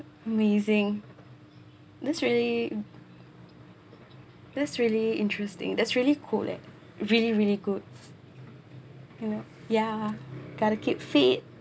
amazing that's really that's really interesting that's really cool leh really really good you know ya gotta keep fit